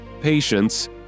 patience